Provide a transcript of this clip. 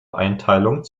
einteilung